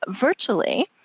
virtually